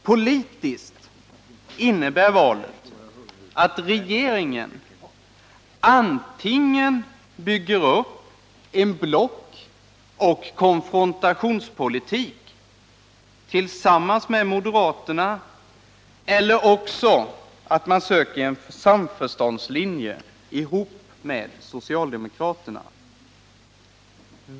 Politiskt innebär valet att regeringen antingen bygger upp en blockoch konfrontationspolitik tillsammans med moderaterna eller också att man söker en samförståndslinje ihop med socialdemokraterna.